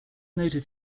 noted